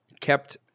kept